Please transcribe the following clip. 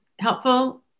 helpful